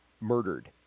murdered